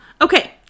Okay